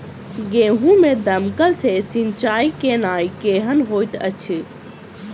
गेंहूँ मे दमकल सँ सिंचाई केनाइ केहन होइत अछि?